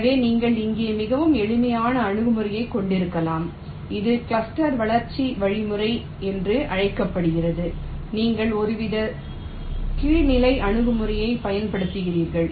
எனவே நீங்கள் இங்கே மிகவும் எளிமையான அணுகுமுறையைக் கொண்டிருக்கலாம் இது கிளஸ்டர் வளர்ச்சி வழிமுறை என்று அழைக்கப்படுகிறது நீங்கள் ஒருவித கீழ்நிலை அணுகுமுறையைப் பயன்படுத்துகிறீர்கள்